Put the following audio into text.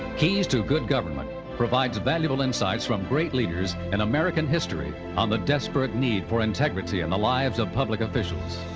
keys to a good government provides valuable insights from great leaders in and american history on the desperate need for integrity in the lives of public officials.